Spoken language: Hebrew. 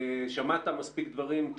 שמעת מספיק דברים.